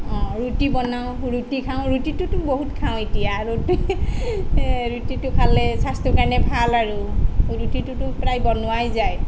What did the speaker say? ৰুটি বনাওঁ ৰুটি খাওঁ ৰুটিটোতো বহুত খাওঁ এতিয়া ৰুটিটো খালে স্বাস্থ্যৰ কাৰণে ভাল আৰু ৰুটিটোতো প্ৰায় বনোৱাই যায়